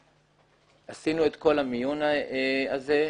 עשינו את כל המיון הזה.